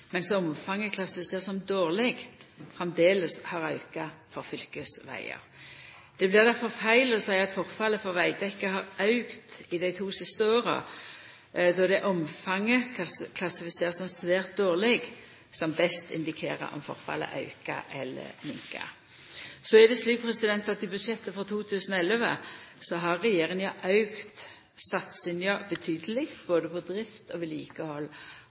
som dårleg framleis har auka for fylkesvegar. Det blir difor feil å seia at forfallet for vegdekke har auka i dei siste to åra, då det er omfanget klassifisert som svært dårleg som best indikerer om forfallet aukar eller minkar. I budsjettet for 2011 har regjeringa auka satsinga betydeleg både på drift og vedlikehald